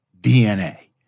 DNA